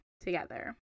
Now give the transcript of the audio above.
together